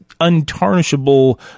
untarnishable